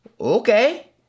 okay